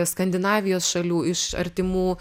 skandinavijos šalių iš artimų